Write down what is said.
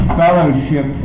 fellowship